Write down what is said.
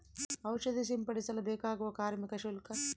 ಔಷಧಿ ಸಿಂಪಡಿಸಲು ಬೇಕಾಗುವ ಕಾರ್ಮಿಕ ಶುಲ್ಕ?